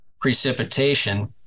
precipitation